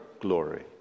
glory